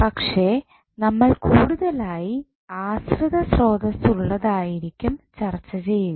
പക്ഷേ നമ്മൾ കൂടുതലായി ആശ്രിത സ്രോതസ്സ് ഉള്ളതായിരിക്കും ചർച്ച ചെയ്യുക